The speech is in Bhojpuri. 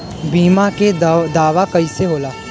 बीमा के दावा कईसे होला?